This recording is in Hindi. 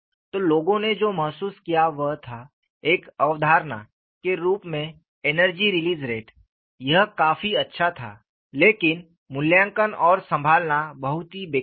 तो लोगों ने जो महसूस किया वह था एक अवधारणा के रूप में एनर्जी रिलीज़ रेट यह काफी अच्छा था लेकिन मूल्यांकन और संभालना बहुत ही बेकार था